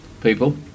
people